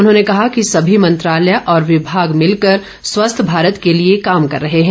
उन्होंने कहा कि सभी मंत्रालय और विभाग मिलकर स्वस्थ भारत के लिए काम कर रहे हैं